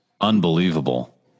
unbelievable